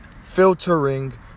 Filtering